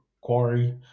quarry